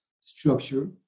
structure